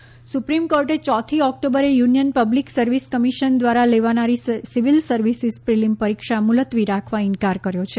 SC UPSC supreme કોર્ટે ચોથી ઓક્ટોબરે યુનિયન પબ્લિક સર્વિસ કમિશન દ્વારા લેવાનારી સિવિલ સર્વિસીસ પ્રિલિમ પરીક્ષા મુલતવી રાખવા ઇનકાર કર્યો છે